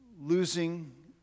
losing